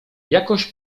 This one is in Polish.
jakoś